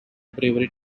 brewery